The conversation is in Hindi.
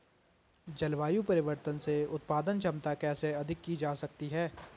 जलवायु परिवर्तन से उत्पादन क्षमता कैसे अधिक की जा सकती है?